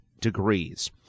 degrees